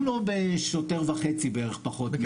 אנחנו בשוטר וחצי בערך פחות.